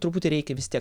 truputį reikia vis tiek